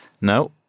No